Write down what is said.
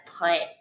put